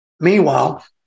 Meanwhile